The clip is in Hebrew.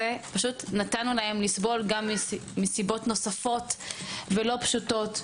נתנו להם לסבול מסיבות נוספות ולא פשוטות,